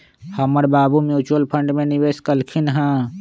हमर बाबू mutual fund में निवेश कलखिंन्ह ह